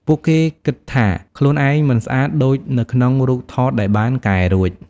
ពួកគេគិតថាខ្លួនឯងមិនស្អាតដូចនៅក្នុងរូបថតដែលបានកែរួច។